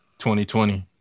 2020